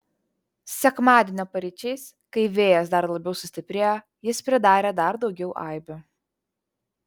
sekmadienio paryčiais kai vėjas dar labiau sustiprėjo jis pridarė dar daugiau aibių